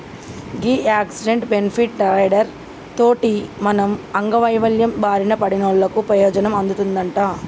గీ accident, benefit rider తోటి మనం అంగవైవల్యం బారిన పడినోళ్ళకు పెయోజనం అందుతదంట